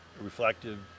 reflective